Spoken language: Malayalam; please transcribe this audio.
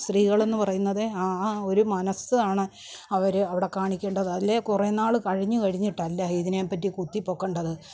സ്ത്രീകളെന്ന് പറയുന്നത് ആ ആ ഒരു മനസ്സാണ് അവർ അവിടെ കാണിക്കേണ്ടത് അല്ലെങ്കിൽ കുറേനാൾ കഴിഞ്ഞ് കഴിഞ്ഞിട്ടല്ല ഇതിനെപ്പറ്റി കുത്തിപ്പൊക്കേണ്ടത്